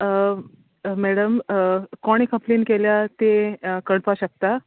madam कोणे complaint केल्या ती कळपाक शकता